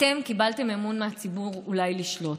אתם קיבלתם אמון מהציבור אולי לשלוט,